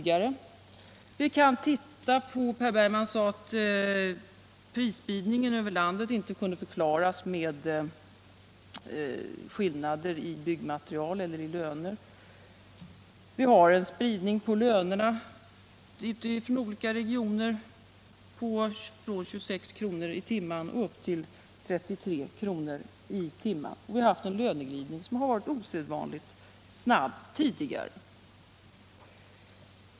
Per Bergman sade att prisspridningen över landet inte kunde förklaras med skillnader i byggmaterial eller i löner. Vi har en spridning på lönerna ute i olika regioner från 26 kr. i timmen upp till 33 kr. i timmen, och vi har haft en osedvanligt snabb löneglidning tidigare.